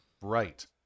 Right